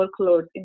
workload